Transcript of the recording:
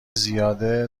زیاده